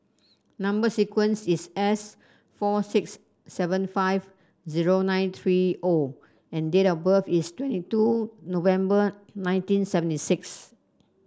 number sequence is S four six seven five zero nine three O and date of birth is twenty two November nineteen seventy six